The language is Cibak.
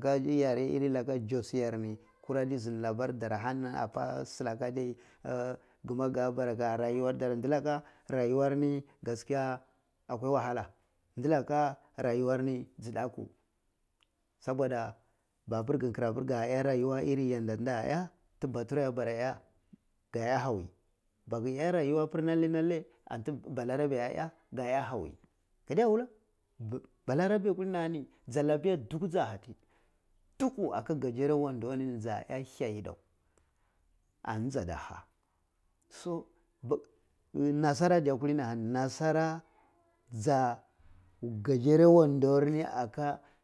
ka ji yare irri laka jos yar ni kura ta zindi labar dar ni ani apa silaka ka adi ah gun a ga bara rayuwar dar ndilaka reyuwar ni gaskiya akwai wahala ndilaka rayuwa ni ji ndaku, soboda mapir gi kirapir gay a rayuwar irin yadda tina ya tu batwe ah bwa iya ga iya hawuyi maji iya rauwar pir lalle lalle an ti ba rarabe ah iya ka iya hawaji ga de wulla ba narabe kulini ahani jallabiya duku ti ja hyati duka aka kajare wado ni ja iya hija yidan anni ja ha so ba, nasara diya kulini ahani nasara ja kayere wander ni aka.